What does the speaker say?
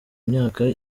imyaka